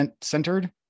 centered